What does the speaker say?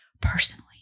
personally